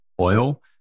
oil